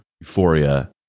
euphoria